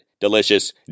delicious